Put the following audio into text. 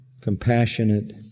compassionate